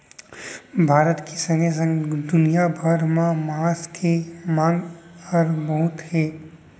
भारत के संगे संग दुनिया भर म मांस के मांग हर बहुत हे